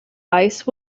ice